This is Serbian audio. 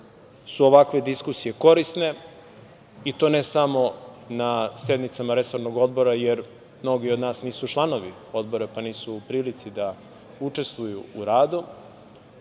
su ovakve diskusije korisne i to ne samo na sednicama resornog odbora, jer mnogi od nas nisu članovi odbora, pa nisu u prilici da učestvuju u radu,